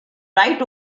right